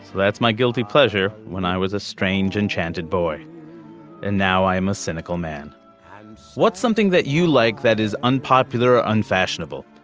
that's my guilty pleasure. when i was a strange enchanted boy and now i am a cynical man what's something that you like that is unpopular or unfashionable.